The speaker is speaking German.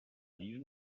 diesen